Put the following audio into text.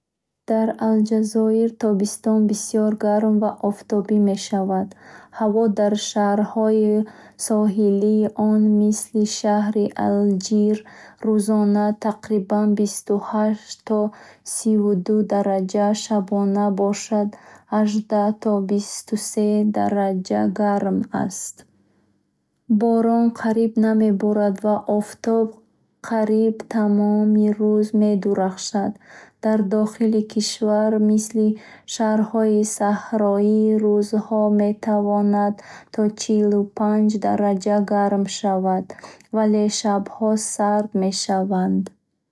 Дар Алҷазоир тобистон бисёр гарм ва офтобӣ мешавад. Ҳаво дар шаҳрҳои соҳилии он, мисли шаҳри Алҷир, рӯзона тақрибан бисту хашт то сиву ду дараҷа, шабона бошад аждах то бистусе дараҷа гарм аст. Борон қариб намеборад ва офтоб қариб тамоми рӯз медурахшад. Дар дохили кишвар, мисли шаҳрҳои саҳроӣ, рӯзҳо метавонанд то чилу панч дараҷа гарм шаванд, вале шабҳо сард мешаванд.